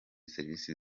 serivisi